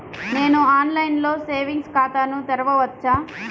నేను ఆన్లైన్లో సేవింగ్స్ ఖాతాను తెరవవచ్చా?